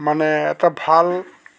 মানে এটা ভাল